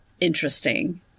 interesting